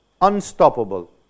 unstoppable